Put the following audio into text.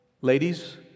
Ladies